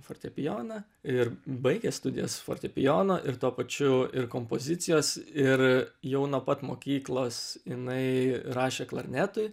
fortepijoną ir baigė studijas fortepijono ir tuo pačiu ir kompozicijos ir jau nuo pat mokyklos jinai rašė klarnetui